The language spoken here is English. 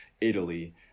Italy